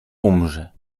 umrze